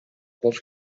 болуш